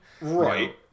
Right